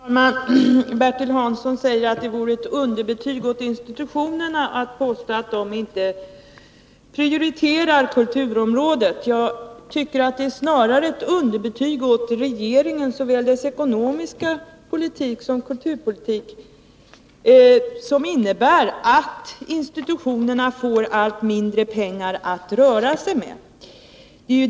Herr talman! Bertil Hansson säger att det vore att ge underbetyg åt institutionerna om man påstod att de inte prioriterar kulturområdet. Jag tycker att det snarare är ett underbetyg åt regeringen, beträffande såväl dess ekonomiska politik som dess kulturpolitik. Institutionerna får ju allt mindre pengar att röra sig med.